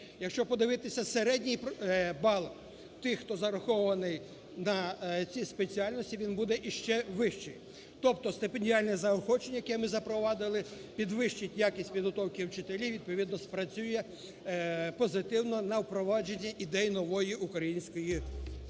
Якщо подивитись середній бал тих, хто зарахований на ці спеціальності, він буде ще вищий. Тобто стипендіальне заохочення, яке ми запровадили, підвищить якість підготовки вчителів, відповідно спрацює позитивно на впровадження ідей нової української школи.